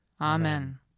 Amen